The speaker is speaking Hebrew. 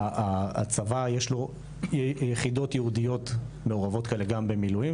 הצבא יש לו יחידות ייעודיות מעורבות כאלה גם במילואים.